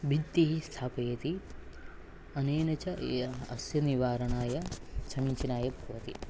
भित्तिः स्थापयति अनेन च यस्य अस्य निवारणाय समीचीनं भवति